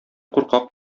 куркак